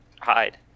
hide